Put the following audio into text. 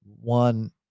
one